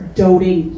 doting